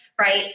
right